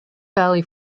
valley